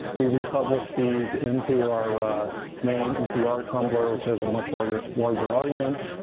we republished these into our ah main npr tumblr, which has a much larger larger audience.